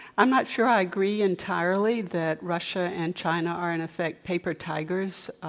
i'm not sure i agree entirely that russia and china are, in effect, paper tigers.